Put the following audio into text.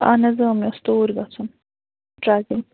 اَہَن حظ مےٚ اوس توٗرۍ گژھُن ٹرٛیٚکِنٛگ